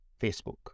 Facebook